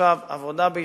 עכשיו, העבודה בעיצומה.